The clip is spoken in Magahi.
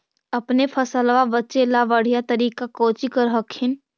अपने फसलबा बचे ला बढ़िया तरीका कौची कर हखिन?